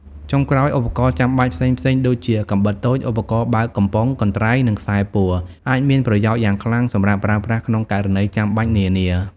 ចុងក្រោយ ឧបករណ៍ចាំបាច់ផ្សេងៗ ដូចជា កាំបិតតូច ឧបករណ៍បើកកំប៉ុង កន្ត្រៃ និងខ្សែពួរ អាចមានប្រយោជន៍យ៉ាងខ្លាំងសម្រាប់ប្រើប្រាស់ក្នុងករណីចាំបាច់នានា។